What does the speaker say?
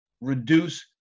reduce